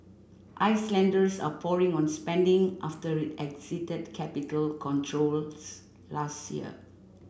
Icelanders are pouring on spending after it exited capital controls last year